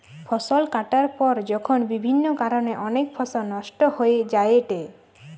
ফসল কাটার পর যখন বিভিন্ন কারণে অনেক ফসল নষ্ট হয়ে যায়েটে